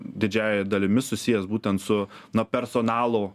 didžiąja dalimi susijęs būtent su na personalo